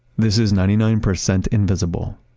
this is ninety nine percent invisible.